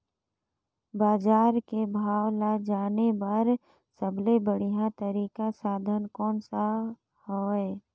बजार के भाव ला जाने बार सबले बढ़िया तारिक साधन कोन सा हवय?